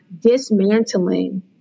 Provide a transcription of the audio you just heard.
dismantling